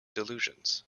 delusions